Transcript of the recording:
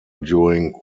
during